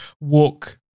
walk